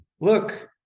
look